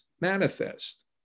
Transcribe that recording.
manifest